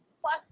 plus